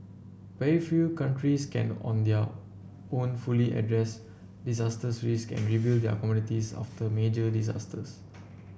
very few countries can on their own fully address disaster risks and rebuild their communities after major disasters